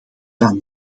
dan